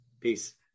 Peace